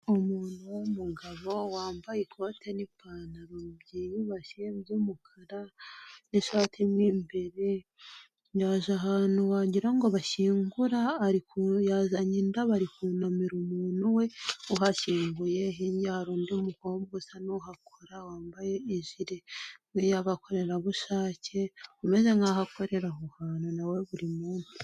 Umuntu w'umugabo wambaye ikote n'ipantaro byiyubashye by'umukara n'ishati mu imbere. Yaje ahantu wagirango bashyingura yazanye indabo ari kunamira umuntu we uhashyinguye. Hirya hari undi mukobwa usa n'uhakora wambaye ijire nkiy'abakorerabushake, umeze nk'aho akorera aho hantu nawe buri munsi.